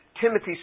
Timothy